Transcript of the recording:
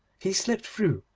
he slipped through,